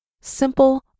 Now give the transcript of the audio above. simple